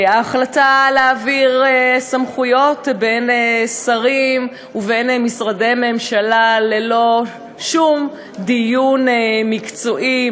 ההחלטה להעביר סמכויות בין שרים ובין משרדי ממשלה ללא שום דיון מקצועי,